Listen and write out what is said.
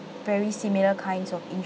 very similar kinds of